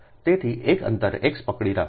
તેથી એક અંતરે Xપકડી રાખો